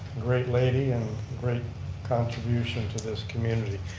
great lady and great contribution to this community.